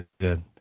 good